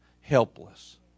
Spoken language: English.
helpless